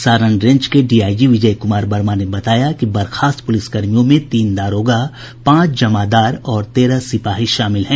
Saran range के DIG Vijay Kumar Verma ने बताया कि बर्खास्त पुलिसकर्मियों में तीन दारोगा पांच जमादार और तेरह सिपाही शामिल हैं